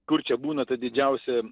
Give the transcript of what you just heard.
kur čia būna ta didžiausia